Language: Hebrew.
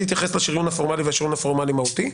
יתייחס לשריון הפורמלי ולשריון פורמלי מהותי.